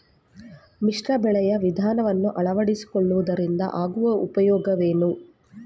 ಮಿಶ್ರ ಬೆಳೆಯ ವಿಧಾನವನ್ನು ಆಳವಡಿಸಿಕೊಳ್ಳುವುದರಿಂದ ಆಗುವ ಉಪಯೋಗವೇನು?